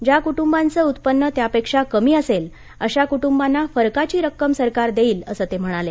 ज्या कुटुंबांचं उत्पन्न त्यापेक्षा कमी असेल अशा कुटुंबांना फरकाची रक्कम सरकार देईल असं ते म्हणाले